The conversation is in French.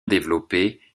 développés